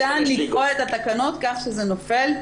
ניתן לקרוא את התקנות כך שזה נופל,